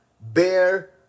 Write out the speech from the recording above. bear